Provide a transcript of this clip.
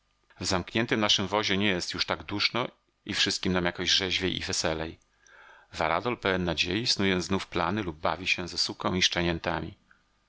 zamkniętym naszym wozie nie jest już tak duszno i wszystkim nam jakoś rzeźwiej i weselej varadol pełen nadziei snuje znów plany lub bawi się ze suką